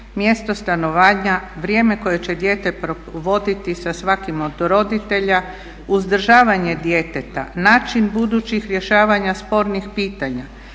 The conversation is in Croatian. mjesto stanovanja, vrijeme koje će dijete provoditi sa svakim od roditelja, uzdržavanje djeteta, način budućih rješavanja spornih pitanja,